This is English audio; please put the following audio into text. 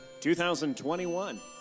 2021